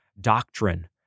doctrine